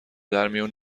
درمیون